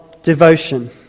devotion